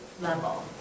level